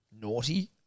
naughty